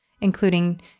including